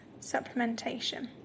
supplementation